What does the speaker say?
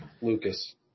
Lucas